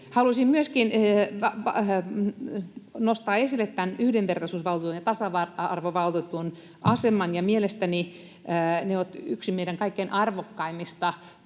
Haluaisin myöskin nostaa esille tämän yhdenvertaisuusvaltuutetun ja tasa-arvovaltuutetun aseman. Mielestäni he ovat yksi meidän kaikkein arvokkaimpia